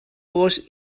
was